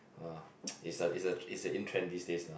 uh is a is a is a in trend these days lah